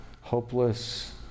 hopeless